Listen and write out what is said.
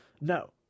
No